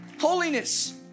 holiness